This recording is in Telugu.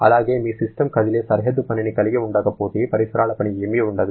అలాగే మీ సిస్టమ్ కదిలే సరిహద్దు పనిని కలిగి ఉండకపోతే పరిసరాల పని ఏమీ ఉండదు